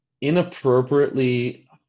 inappropriately